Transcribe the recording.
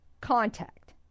contact